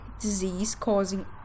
disease-causing